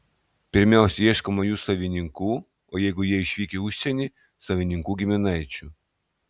pirmiausia ieškoma jų savininkų o jeigu jie išvykę į užsienį savininkų giminaičių